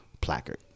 placard